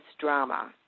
drama